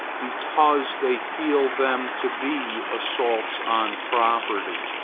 because they feel them to be assaults on property.